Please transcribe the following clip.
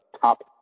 top